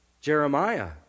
Jeremiah